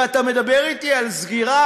ואתה מדבר אתי על סגירה,